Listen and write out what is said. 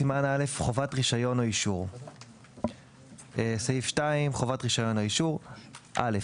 חובת רישיון או אישור 2. (א)